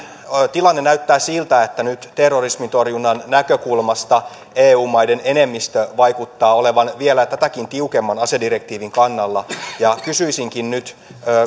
tilanne näyttää siltä että nyt terrorismin torjunnan näkökulmasta eu maiden enemmistö vaikuttaa olevan vielä tätäkin tiukemman asedirektiivin kannalla kysyisinkin nyt